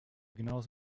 genaues